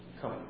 come